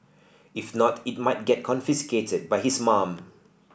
if not it might get confiscated by his mum